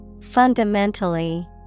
Fundamentally